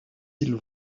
îles